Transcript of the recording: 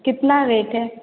कितना रेट है